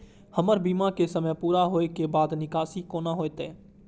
हमर बीमा के समय पुरा होय के बाद निकासी कोना हेतै?